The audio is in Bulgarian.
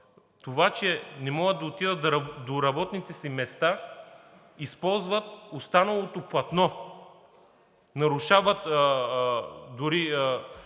това, че не могат да отидат до работните си места, използват останалото платно, нарушават дори